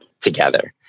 together